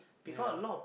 yeah